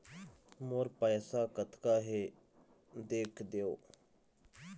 मोर पैसा कतका हे देख देव?